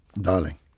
darling